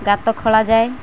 ଗାତ ଖୋଳାଯାଏ